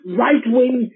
right-wing